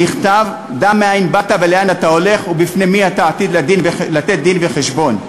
נכתב: "דע מאין באת ולאן אתה הולך ובפני מי אתה עתיד לתת דין וחשבון".